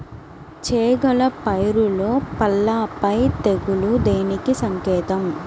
చేగల పైరులో పల్లాపై తెగులు దేనికి సంకేతం?